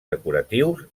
decoratius